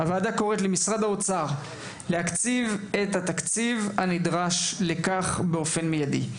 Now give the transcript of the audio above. ועל משרד האוצר להקציב את הנדרש הסכום שנדרש לכך באופן מיידי.